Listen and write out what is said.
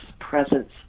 presence